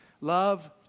Love